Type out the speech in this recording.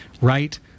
right